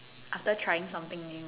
after trying something new